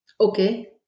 Okay